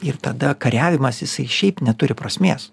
ir tada kariavimas jisai šiaip neturi prasmės